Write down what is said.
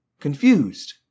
Confused